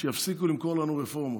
שיפסיקו למכור לנו רפורמות.